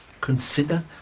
Consider